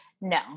No